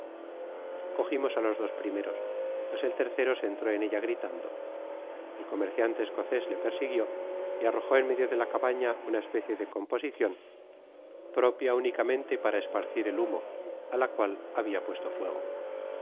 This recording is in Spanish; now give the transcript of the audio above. cogimos á los dos primeros mas el tercero se entró en ella gritando el comerciante escocés le persiguio y arrojó en medio de la cabana una especie de composicion propia únicamente para esparcir el humo á la cual habia puesto fuego